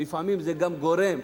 לפעמים זה גם גורם,